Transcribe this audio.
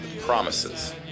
Promises